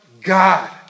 God